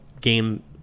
game